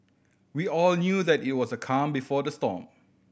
we all knew that it was the calm before the storm